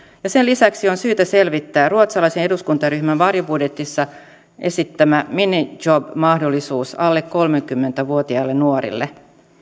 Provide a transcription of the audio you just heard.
ja sen lisäksi on syytä selvittää ruotsalaisen eduskuntaryhmän varjobudjetissa esittämä minijob mahdollisuus alle kolmekymmentä vuotiaille nuorille